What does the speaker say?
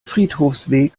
friedhofsweg